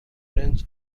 french